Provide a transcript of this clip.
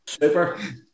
Super